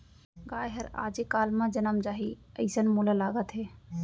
गाय हर आजे काल म जनम जाही, अइसन मोला लागत हे